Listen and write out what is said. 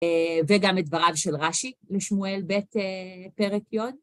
וגם את דבריו של רש"י לשמואל ב' פרק יו"ד.